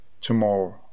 tomorrow